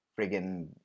friggin